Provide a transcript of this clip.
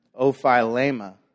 ophilema